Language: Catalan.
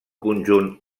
conjunt